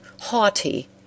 haughty